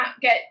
get